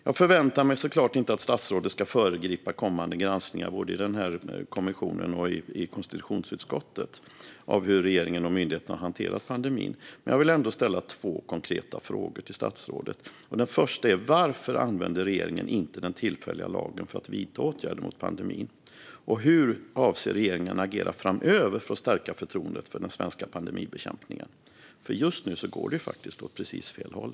Jag förväntar mig såklart inte att statsrådet ska föregripa kommande granskningar i kommissionen och i konstitutionsutskottet av hur regeringen och myndigheterna har hanterat pandemin, men jag vill ändå ställa två konkreta frågor till statsrådet. Varför använde inte regeringen den tillfälliga lagen för att vidta åtgärder mot pandemin? Hur avser regeringen att agera framöver för att stärka förtroendet för den svenska pandemibekämpningen? Just nu går det faktiskt precis åt fel håll.